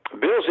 Bill's